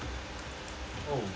oh